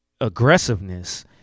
aggressiveness